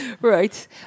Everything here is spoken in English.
right